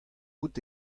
out